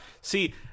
see